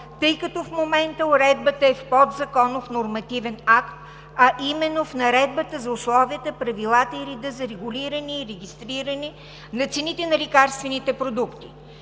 тъй като в момента уредбата е в подзаконов нормативен акт, а именно в Наредбата за условията, правилата и реда за регулиране и регистриране на цените на лекарствените продукти.